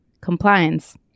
Compliance